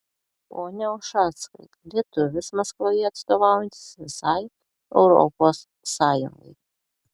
pone ušackai lietuvis maskvoje atstovaujantis visai europos sąjungai